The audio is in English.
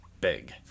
big